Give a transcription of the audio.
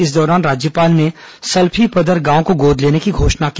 इस दौरान राज्यपाल ने सल्फीपदर गांव को गोद लेने की घोषणा की